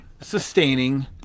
sustaining